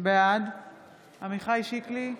בעד עמיחי שיקלי,